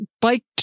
bike